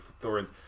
thorns